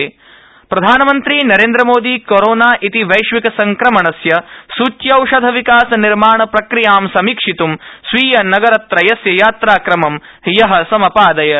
PM यात्रा प्रधानमन्त्री Narendra Modi corona इति वैश्विक संक्रमणस्य सुच्यौषधविकास निर्माण प्रक्रियां समीक्षित्ं स्वीय नगरत्रयस्य यात्राक्रमं हयः सम दयत्